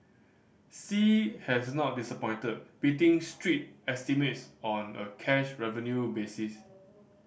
sea has not disappointed beating street estimates on a cash revenue basis